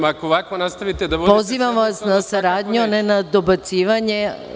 Ako ovako nastavite da vodite sednicu …) Pozivam vas na saradnju, a ne na dobacivanje.